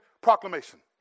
proclamation